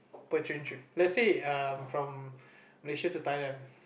per train trip let's say um from Malaysia to Thailand